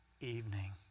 evening